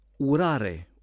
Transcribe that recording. Urare